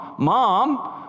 mom